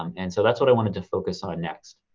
um and so that's what i wanted to focus on next.